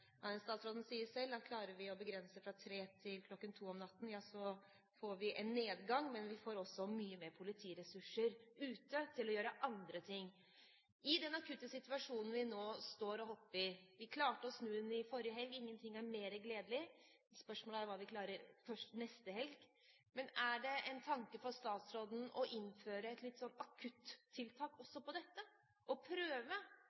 fra kl. 3 til kl. 2 om natten, får vi en nedgang, men vi får også mye mer politiressurser ute til å gjøre andre ting. Til den akutte situasjonen vi nå står oppe i: Vi klarte å snu den forrige helg. Ingenting er mer gledelig. Spørsmålet er hva vi klarer neste helg. Er det en tanke for statsråden å innføre et litt akutt tiltak